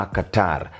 Qatar